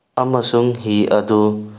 ꯑꯃꯁꯨꯡ ꯍꯤ ꯑꯗꯨ